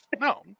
No